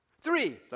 Three